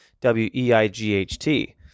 W-E-I-G-H-T